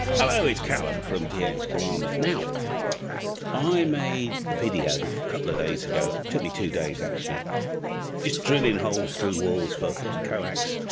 hello it's callum from dx commander now i made a video a couple of days ago took me two days actually just drilling holes through walls for putting coax